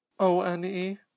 O-N-E